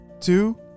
two